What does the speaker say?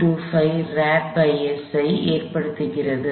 25 rads ஐ ஏற்படுத்துகிறது